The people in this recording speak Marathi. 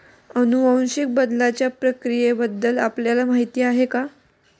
अनुवांशिक बदलाच्या प्रक्रियेबद्दल आपल्याला माहिती आहे का?